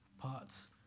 parts